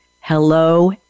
hello